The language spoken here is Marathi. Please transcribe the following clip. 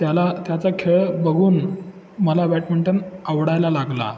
त्याला त्याचा खेळ बघून मला बॅडमिंटन आवडायला लागला